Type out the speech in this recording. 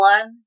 One